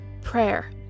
prayer